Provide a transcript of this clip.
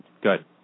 Good